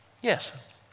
Yes